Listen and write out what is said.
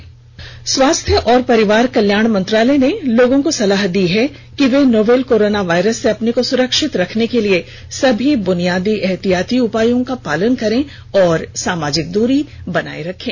advisory स्वास्थ्य और परिवार कल्याण मंत्रालय ने लोगों को सलाह दी है कि वे नोवल कोरोना वायरस से अपने को सुरक्षित रखने के लिए सभी बुनियादी एहतियाती उपायों का पालन करें और सामाजिक दूरी बनाए रखें